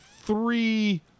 three